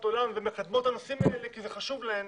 עולם ומקדמות את הנושאים האלה כי זה חשוב להן